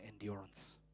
endurance